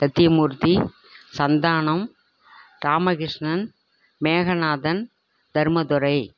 Sathyamoorthy Santhanam Ramakrishnan Meganathan Dharmadurai